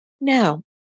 Now